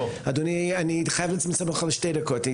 אדוני, אני חייב לצמצם אותך לשתי דקות.